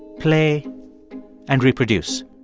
play and reproduce.